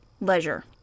leisure